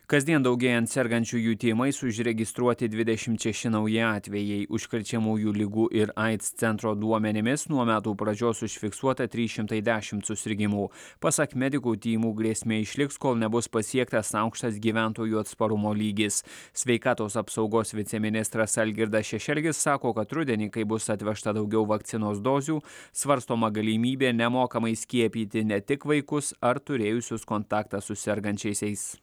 kasdien daugėjant sergančiųjų tymais užregistruoti dvidešimt šeši nauji atvejai užkrečiamųjų ligų ir aids centro duomenimis nuo metų pradžios užfiksuota trys šimtai dešimt susirgimų pasak medikų tymų grėsmė išliks kol nebus pasiektas aukštas gyventojų atsparumo lygis sveikatos apsaugos viceministras algirdas šešelgis sako kad rudenį kai bus atvežta daugiau vakcinos dozių svarstoma galimybė nemokamai skiepyti ne tik vaikus ar turėjusius kontaktą su sergančiaisiais